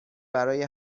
برای